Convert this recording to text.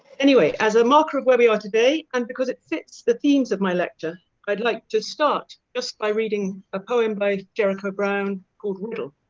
anyway as a marker of where we are today and because it fits the themes of my lecture i'd like to start just by reading a poem by jericho brown called riddle